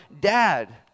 dad